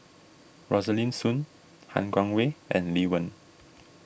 Rosaline Soon Han Guangwei and Lee Wen